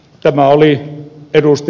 tämä oli ed